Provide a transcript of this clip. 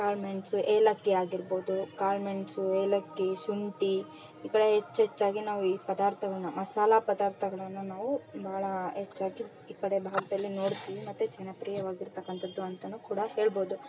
ಕಾಳು ಮೆಣಸು ಏಲಕ್ಕಿ ಆಗಿರ್ಬೋದು ಕಾಳು ಮೆಣಸು ಏಲಕ್ಕಿ ಶುಂಠಿ ಈ ಕಡೆ ಹೆಚ್ಚೆಚ್ಚಾಗಿ ನಾವು ಈ ಪದಾರ್ಥಗಳನ್ನ ಮಸಾಲೆ ಪದಾರ್ಥಗಳನ್ನು ನಾವು ಭಾಳ ಹೆಚ್ಚಾಗಿ ಈ ಕಡೆ ಭಾಗದಲ್ಲಿ ನೋಡ್ತೀವಿ ಮತ್ತು ಜನಪ್ರಿಯವಾಗಿರತಕ್ಕಂಥದ್ದು ಅಂತಲೂ ಕೂಡ ಹೇಳ್ಬೋದು